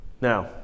Now